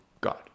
God